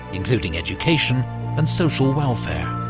including education and social welfare.